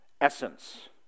essence